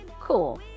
cool